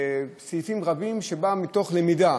סעיפים רבים שבאו מתוך למידה